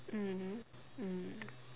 mmhmm mm